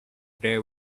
they